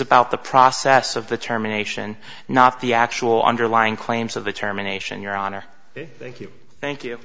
about the process of the terminations not the actual underlying claims of determination your honor thank you thank you